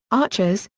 archers,